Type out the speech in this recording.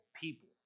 people